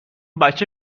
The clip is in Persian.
بچه